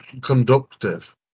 conductive